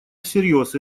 всерьез